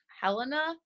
helena